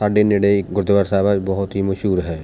ਸਾਡੇ ਨੇੜੇ ਇੱਕ ਗੁਰਦੁਆਰਾ ਸਾਹਿਬ ਹੈ ਬਹੁਤ ਹੀ ਮਸ਼ਹੂਰ ਹੈ